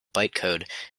bytecode